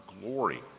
glory